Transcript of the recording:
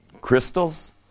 crystals